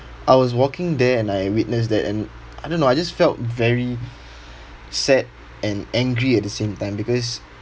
I was walking there and I witness that and I don't know I just felt very sad and angry at the same time because